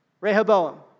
Rehoboam